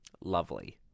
Lovely